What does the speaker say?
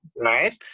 Right